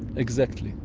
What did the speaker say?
exactly,